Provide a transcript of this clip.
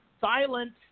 silent